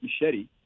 machete